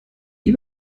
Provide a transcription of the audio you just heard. wie